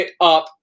up